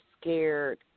scared